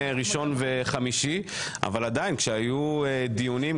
ראשון וחמישי אבל עדיין כשהיו דיונים,